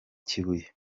kibuye